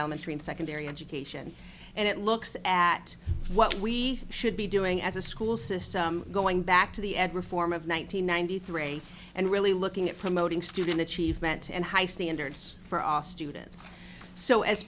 elementary and secondary education and it looks at what we should be doing as a school system going back to the ed reform of one nine hundred ninety three and really looking at promoting student achievement and high standards for all students so as